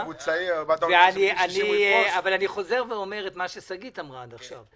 אבל אני חוזר ואומר את מה ששגית אמרה עד עכשיו,